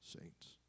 saints